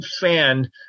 fan